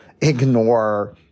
ignore